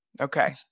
Okay